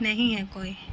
نہیں ہے کوئی